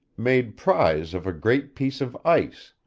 made prize of a great piece of ice,